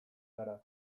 gara